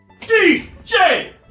DJ